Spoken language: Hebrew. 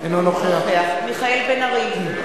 אינו נוכח מיכאל בן-ארי,